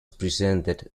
presented